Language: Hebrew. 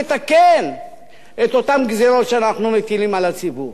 לתקן את אותן גזירות שאנחנו מטילים על הציבור.